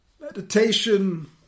Meditation